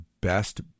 best